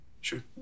Sure